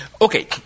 okay